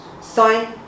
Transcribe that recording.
Sign